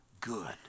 good